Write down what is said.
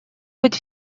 быть